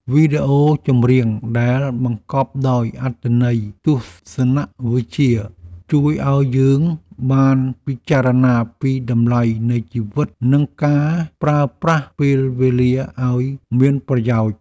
វីដេអូចម្រៀងដែលបង្កប់ដោយអត្ថន័យទស្សនវិជ្ជាជួយឱ្យយើងបានពិចារណាពីតម្លៃនៃជីវិតនិងការប្រើប្រាស់ពេលវេលាឱ្យមានប្រយោជន៍។